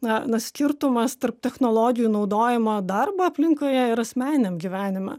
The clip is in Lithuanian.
na na skirtumas tarp technologijų naudojimo darbo aplinkoje ir asmeniniam gyvenime